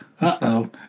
Uh-oh